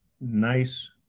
nice